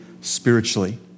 spiritually